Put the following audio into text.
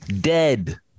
Dead